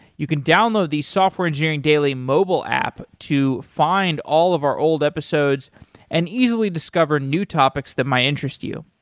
you can download the software engineering daily mobile app to find all of our old episodes and easily discover new topics that might interest you.